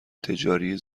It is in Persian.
تجاری